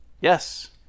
Yes